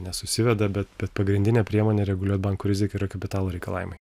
nesusiveda bet pagrindinė priemonė reguliuot bankų rizikąyra kapitalo reikalavimai